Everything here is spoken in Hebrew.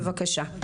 בבקשה.